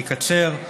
אני אקצר.